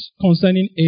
concerning